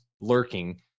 lurking